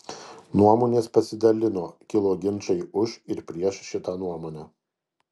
nuomonės pasidalino kilo ginčai už ir prieš šitą nuomonę